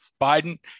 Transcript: biden